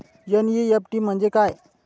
NEFT म्हणजे काय?